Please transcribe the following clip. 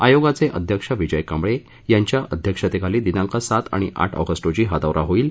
आयोगाचे अध्यक्ष विजय कांबळे यांच्या अध्यक्षतेखाली दिनांक सात आणि आठ ऑगस्ट रोजी हा दौरा होईल